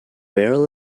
barrel